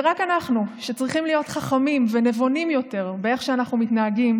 זה רק אנחנו שצריכים להיות חכמים ונבונים יותר באיך שאנחנו מתנהגים